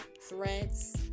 threats